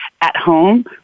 at-home